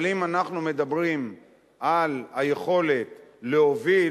אבל אם אנחנו מדברים על היכולת להוביל,